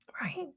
right